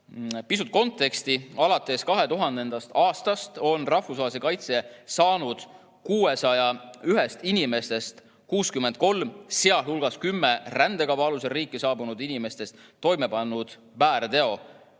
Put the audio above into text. Pisut konteksti. Alates 2000. aastast on rahvusvahelise kaitse saanud 601 inimesest 63, seahulgas 10 rändekava alusel riiki saabunud inimesest toime pannud väärteo,